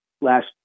last